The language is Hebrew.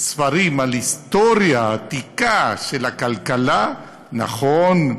ספרים על ההיסטוריה העתיקה של הכלכלה, נכון,